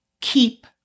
Keep